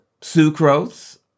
sucrose